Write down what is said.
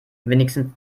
wenigstens